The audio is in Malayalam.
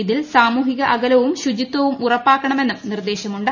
ഇതിൽ സാമൂഹിക അകലവും ശുചിത്വവും ഉറപ്പാക്കണമെന്നും നിർദ്ദേശമുണ്ട്